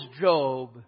Job